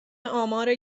آمار